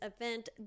event